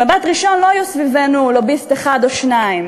במבט ראשון, לא היו סביבנו לוביסט אחד או שניים,